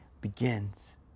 begins